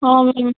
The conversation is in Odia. ହଁ ମ୍ୟାମ୍